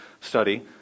study